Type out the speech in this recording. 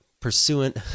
pursuant